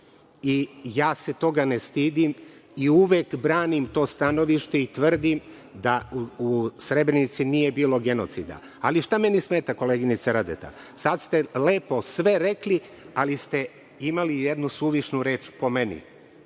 i ja se toga ne stidim i uvek branim to stanovište i tvrdim da u Srebrenici nije bilo genocida. Ali, šta meni smeta, koleginice Radeta? Sada ste lepo sve rekli, ali ste imali jednu suvišnu reč po meni.